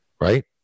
right